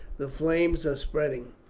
the flames are spreading.